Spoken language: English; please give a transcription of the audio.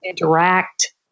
interact